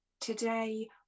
Today